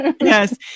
Yes